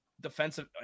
defensive